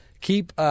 Keep